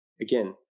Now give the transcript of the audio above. again